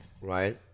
right